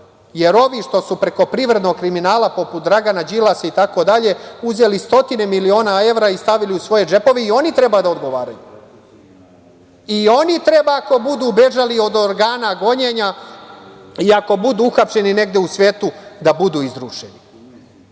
jer ovi što su preko privrednog kriminala, poput Dragana Đilasa itd, uzeli stotine milione evra i stavili u svoje džepove i oni treba da odgovaraju i oni treba ako budu bežali od organa gonjenja i ako budu uhapšeni negde u svetu da budu izručeni,